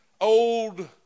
old